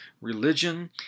religion